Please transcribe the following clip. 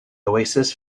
oasis